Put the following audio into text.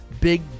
big